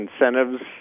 incentives